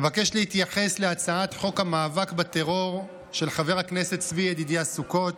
אבקש להתייחס להצעת חוק המאבק בטרור של חבר הכנסת צבי ידידיה סוכות.